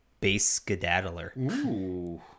base-skedaddler